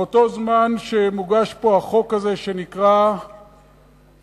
באותו זמן שמוגש פה החוק הזה שנקרא חוק